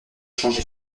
changé